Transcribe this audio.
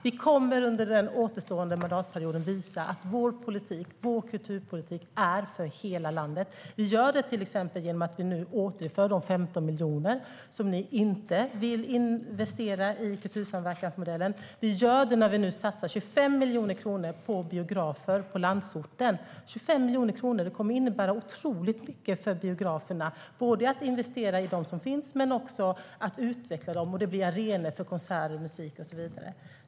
Vi kommer under den återstående mandatperioden att visa att vår kulturpolitik är för hela landet. Vi gör det till exempel genom att vi återinför de 15 miljoner som ni inte vill investera i kultursamverkansmodellen, och vi gör det när vi nu satsar 25 miljoner kronor på biografer på landsorten. 25 miljoner kronor kommer att innebära otroligt mycket för biograferna. Det kommer att investeras både i de som finns och genom att utveckla dem så att de blir arenor för konserter och så vidare.